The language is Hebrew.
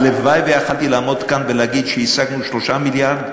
הלוואי שיכולתי לעמוד כאן ולהגיד שהשגנו 3 מיליארד,